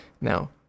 Now